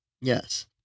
Yes